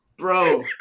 Bro